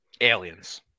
Aliens